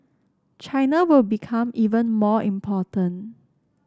China will become even more important